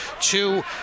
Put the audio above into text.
two